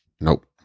Nope